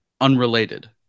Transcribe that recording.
Unrelated